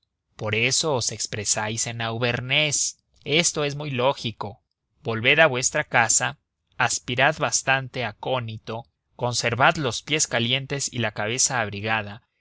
por eso os expresáis en auvernés esto es muy lógico volved a vuestra casa aspirad bastante acónito conservad los pies calientes y la cabeza abrigada